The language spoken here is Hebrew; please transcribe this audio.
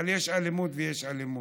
אבל יש אלימות ויש אלימות.